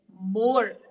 more